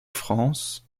france